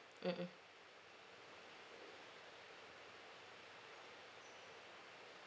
mm hmm